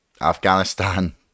Afghanistan